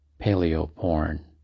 paleo-porn